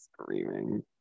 screaming